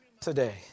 today